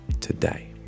today